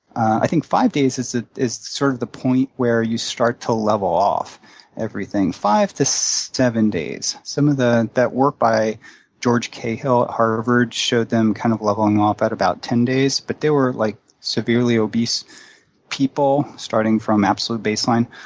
i think five days is sort of the point where you start to level off everything, five to seven days. some of the that work by george cahill at harvard showed them kind of leveling off at about ten days, but they were like severely obese people starting from absolute baseline.